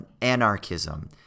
anarchism